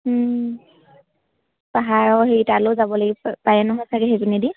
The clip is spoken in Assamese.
পাহাৰৰ হেৰি তালৈও যাব লাগিব পাৰে নহয় চাগে সেই পিনে দি